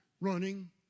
running